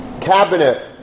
cabinet